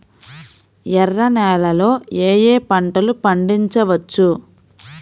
ఎర్ర నేలలలో ఏయే పంటలు పండించవచ్చు?